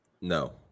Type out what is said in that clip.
No